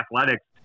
athletics